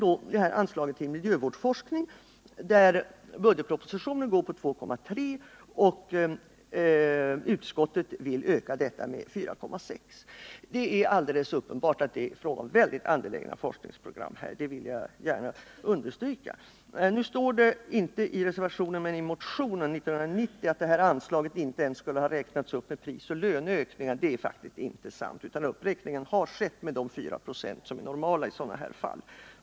När det gäller anslaget till miljövårdsforskning går budgetpropositionen på 2,3 miljoner, medan utskottet vill öka anslaget med 4,6 miljoner. Det är alldeles uppenbart att det är fråga om mycket angelägna forskningsprogram — det vill jag gärna understryka. Det står inte i reservationen men väl i motionen 1990 att detta anslag inte ens skulle ha räknats upp för prisoch löneökningar. Det är faktiskt inte sant. Uppräkning har skett med 4 26, som är det normala i sådana här fall.